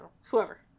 whoever